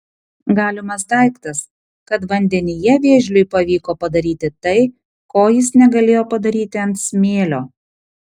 galimas daiktas kad vandenyje vėžliui pavyko padaryti tai ko jis negalėjo padaryti ant smėlio